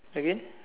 again